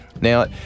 Now